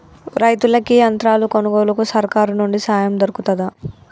రైతులకి యంత్రాలు కొనుగోలుకు సర్కారు నుండి సాయం దొరుకుతదా?